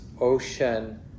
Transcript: ocean